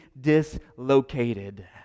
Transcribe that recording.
dislocated